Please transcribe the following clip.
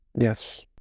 yes